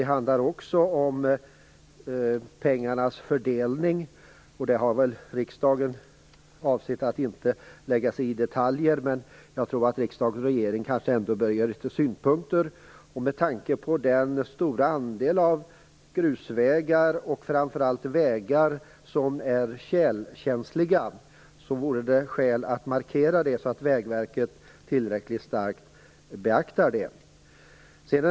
Det handlar också om pengarnas fördelning. Riksdagen har avsett att inte lägga sig i detaljer, men jag tror att riksdag och regering kanske ändå bör ge synpunkter. Det finns skäl att markera den stora andelen grusvägar och framför allt vägar som är tjälkänsliga, så att Vägverket tillräckligt starkt beaktar detta.